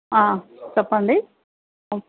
చెప్పండి